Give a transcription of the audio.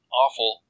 awful